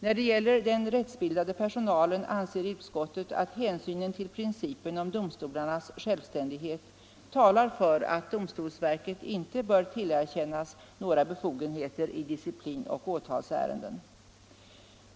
När det gäller den rättsbildade personalen anser utskottet att hänsynen till principen om domstolarnas självständighet talar för att domstolsverket inte bör tillerkännas några befogenheter i disciplinoch åtalsärenden.